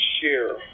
share